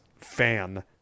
fan